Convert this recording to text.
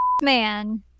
man